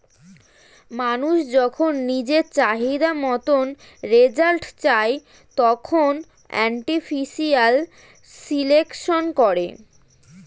মানুষ যখন নিজের চাহিদা মতন রেজাল্ট চায়, তখন আর্টিফিশিয়াল সিলেকশন করে